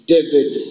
David